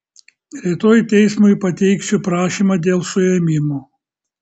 rytoj teismui pateiksiu prašymą dėl suėmimo